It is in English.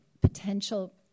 potential